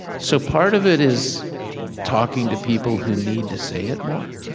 so part of it is talking to people who need to say it more.